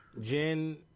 Jen